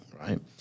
right